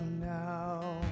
now